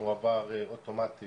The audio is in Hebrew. הוא מועבר באופן אוטומטי